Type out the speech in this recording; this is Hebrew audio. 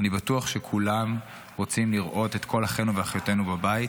אני בטוח שכולם רוצים לראות את כל אחינו ואחיותינו בבית.